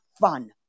fun